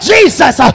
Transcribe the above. Jesus